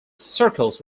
circles